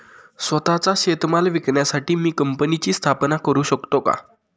स्वत:चा शेतीमाल विकण्यासाठी मी कंपनीची स्थापना करु शकतो का?